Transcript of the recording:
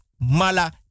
mala